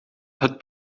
het